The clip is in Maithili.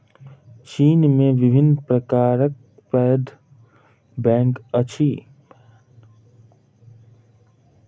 चीन में विभिन्न प्रकारक पैघ बैंक अछि